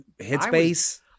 headspace